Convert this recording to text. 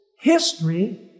History